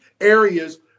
areas